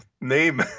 name